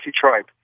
tribe